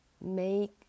make